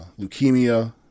leukemia